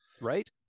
Right